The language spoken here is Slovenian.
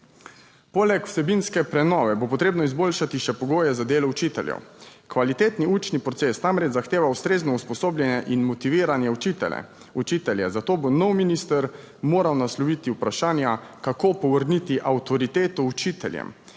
Poleg vsebinske prenove bo potrebno izboljšati še pogoje za delo učiteljev. Kvalitetni učni proces namreč zahteva ustrezno usposobljene in motivirane učitelje, zato bo nov minister moral nasloviti vprašanja: kako povrniti avtoriteto učiteljem,